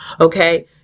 okay